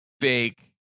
fake